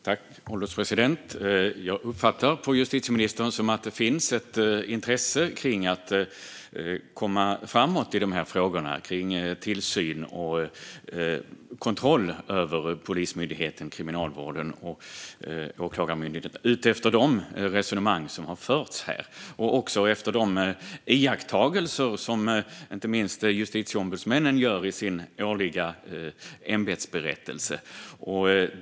Herr ålderspresident! Utifrån de resonemang som har förts här av justitieministern uppfattar jag att det finns ett intresse av att komma framåt i frågorna om tillsyn av och kontroll över Polismyndigheten, Kriminalvården och Åklagarmyndigheten. Det handlar också om de iakttagelser som inte minst Justitieombudsmannen gör i sin årliga ämbetsberättelse.